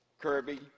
Kirby